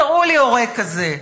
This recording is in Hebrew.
תראו לי הורה כזה.